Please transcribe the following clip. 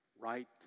right